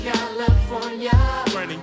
California